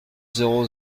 zéro